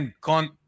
con